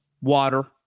water